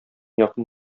якын